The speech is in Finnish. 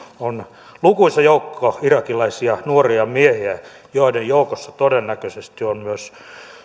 on lukuisa joukko irakilaisia nuoria miehiä joiden joukossa todennäköisesti on myös